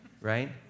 Right